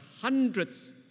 hundreds